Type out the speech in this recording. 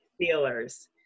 Steelers